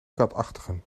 katachtigen